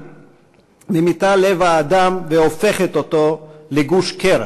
"ממיתה לב האדם והופכת אותו לגוש קרח,